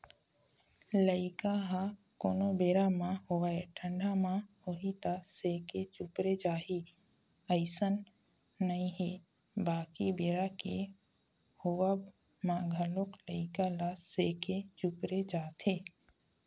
लइका ह कोनो बेरा म होवय ठंडा म होही त सेके चुपरे जाही अइसन नइ हे बाकी बेरा के होवब म घलोक लइका ल सेके चुपरे जाथे